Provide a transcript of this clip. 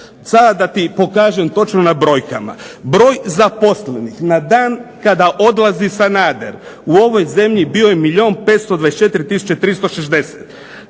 Sada da ti pokažem točno na brojkama. Broj zaposlenih na dan kada odlazi Sanader u ovoj zemlji bio je milijun